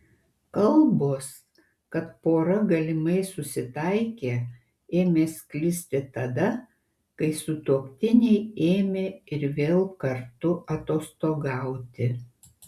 kalbos kad pora galimai susitaikė ėmė sklisti tada kai sutuoktiniai ėmė ir vėl kartu atostogauti